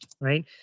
right